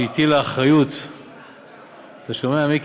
שהטילה אחריות דירקטורים, אתה שומע, מיקי?